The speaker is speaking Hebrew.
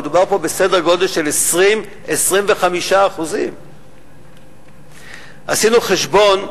מדובר פה בסדר גודל של 20% 25%. עשינו חשבון,